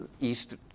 east